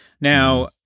Now